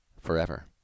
forever